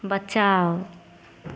बचाउ